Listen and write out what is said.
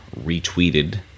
retweeted